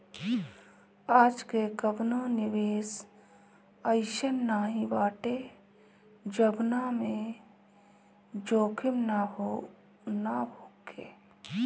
आजके कवनो निवेश अइसन नाइ बाटे जवना में जोखिम ना होखे